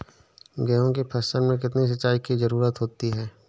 गेहूँ की फसल में कितनी सिंचाई की जरूरत होती है?